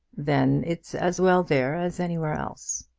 then it's as well there as anywhere else.